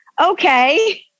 okay